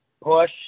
push